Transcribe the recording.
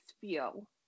feel